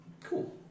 Cool